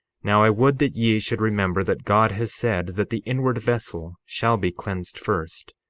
now i would that ye should remember that god has said that the inward vessel shall be cleansed first,